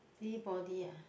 see body ah